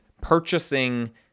purchasing